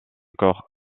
corps